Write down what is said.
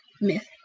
myth